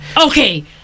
Okay